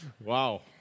wow